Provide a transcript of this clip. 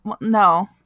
No